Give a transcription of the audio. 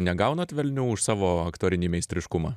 negaunat velnių už savo aktorinį meistriškumą